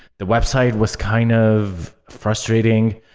the website was kind of frustrating.